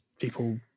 people